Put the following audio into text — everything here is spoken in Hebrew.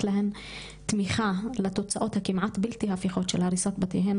להן את התמיכה לתוצאות הכמעט בלתי הפיכות של הריסת בתיהן,